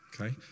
okay